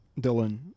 Dylan